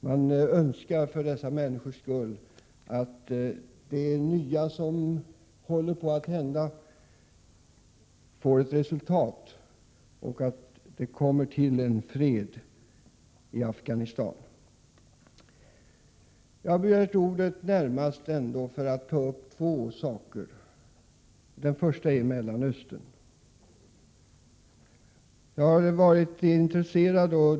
För människornas i Afghanistan skull önskar man att det nya som håller på att hända får ett resultat och att det skall bli fred. Jag har emellertid närmast begärt ordet för att ta upp två saker. Den första är förhållandena i Mellanöstern. Jag har varit intresserad av denna fråga.